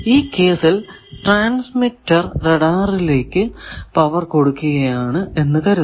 ഈ കേസിൽ ട്രാൻസ്മിറ്റർ റഡാറിലേക്കു പവർ കൊടുക്കുകയാണ് എന്ന് കരുതുക